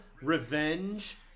revenge